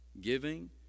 giving